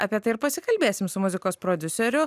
apie tai ir pasikalbėsim su muzikos prodiuseriu